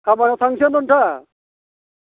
खामानियाव थांसैमोन नोंथां